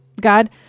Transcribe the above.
god